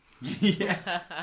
Yes